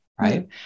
Right